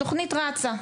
התוכנית רצה,